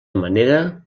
manera